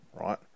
right